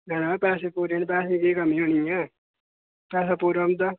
ना पैसे पूरे न पैसे दी केह् कमी होनी ऐ पैसा पूरा उं'दा